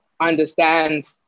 understand